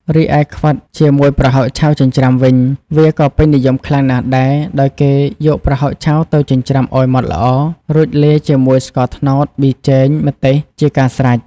រីឯ ខ្វិតជាមួយប្រហុកឆៅចិញ្ច្រាំវិញ វាក៏ពេញនិយមខ្លាំងណាស់ដែរ ដោយគេយកប្រហុកឆៅទៅចិញ្ច្រាំឲ្យម៉ត់ល្អ រួចលាយជាមួយស្ករត្នោត ប៊ីចេង ម្ទេស ជាការស្រេច។